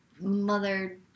mother